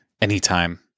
anytime